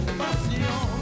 passion